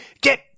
Get